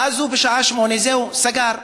אז בשעה 08:00, זהו, הוא סגר.